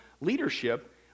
leadership